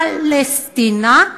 פלשתינה,